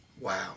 Wow